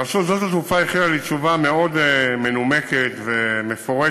רשות שדות התעופה הכינה לי תשובה מאוד מנומקת ומפורטת